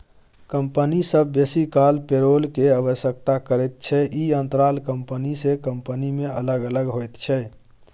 company सब बेसी काल पेरोल के व्यवस्था करैत छै, ई अंतराल कंपनी से कंपनी में अलग अलग होइत छै